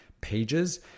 pages